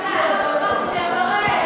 איתן, תברך.